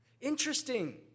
Interesting